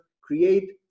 create